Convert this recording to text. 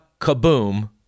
Kaboom